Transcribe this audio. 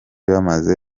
bamaze